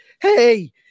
Hey